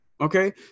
Okay